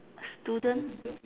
student